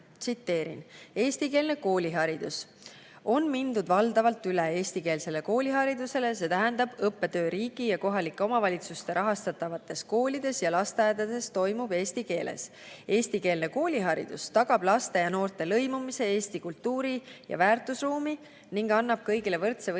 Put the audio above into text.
"Eestikeelne kooliharidus – on mindud valdavalt üle eestikeelsele kooliharidusele, st õppetöö riigi ja kohalike omavalitsuste rahastatavates koolides ja lasteaedades toimub eesti keeles. Eestikeelne kooliharidus tagab laste ja noorte lõimumise eesti kultuuri- ja väärtusruumi ning annab kõigile võrdse võimaluse